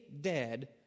dead